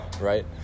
right